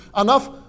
enough